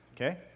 okay